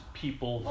people